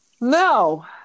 No